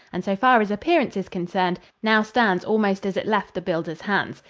and so far as appearance is concerned, now stands almost as it left the builder's hands.